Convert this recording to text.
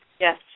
Yes